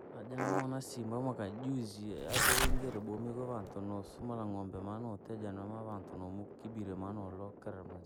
Najaa namoona simbaa mwakajuzi, yaaja yingiree bomii koo vantu noosumla ng'ombe, maanotija maanavantu nomkibiria maa nolekera moja.